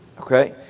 okay